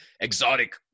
exotic